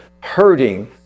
hurting